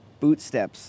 bootsteps